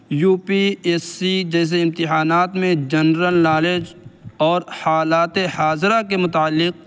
you P S C جیسے امتحانات میں جنرل نالج اور حالات حاضرہ کے متعلق